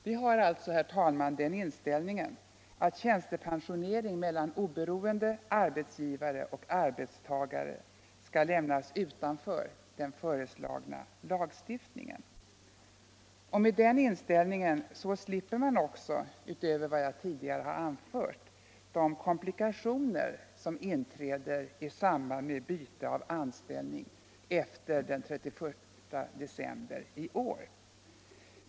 Vi har alltså, herr talman, den inställningen att tjänstepensionering mellan oberoende arbetsgivare och arbetstagare skall lämnas utanför den föreslagna lagstiftningen. Med den inställningen slipper man också, utöver vad jag tidigare anfört, de komplikationer som inträder i samband med byte av anställning efter den 31 december i år.